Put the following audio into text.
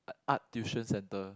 art tuition centre